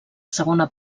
segona